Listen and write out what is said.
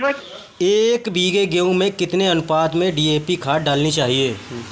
एक बीघे गेहूँ में कितनी अनुपात में डी.ए.पी खाद डालनी चाहिए?